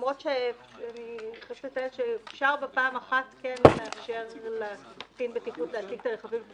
למרות שאפשר בפעם אחת לאפשר לקצין הבטיחות להציג את הרכבים,